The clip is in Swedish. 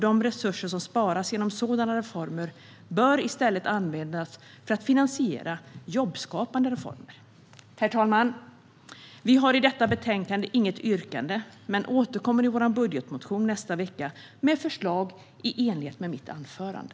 De resurser som sparas genom sådana reformer bör i stället användas för att finansiera jobbskapande reformer. Herr talman! Vi har i detta betänkande inget yrkande, men vi återkommer i vår budgetmotion nästa vecka med förslag i enlighet med mitt anförande.